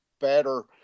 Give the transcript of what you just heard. better